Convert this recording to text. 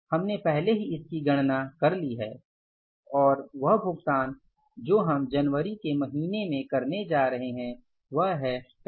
हमने पहले ही इसकी गणना कर ली है और वह भुगतान जो हम जनवरी के महीने में करने जा रहे हैं वह है 35550